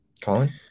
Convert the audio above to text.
Colin